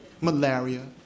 malaria